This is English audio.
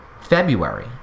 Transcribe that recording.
February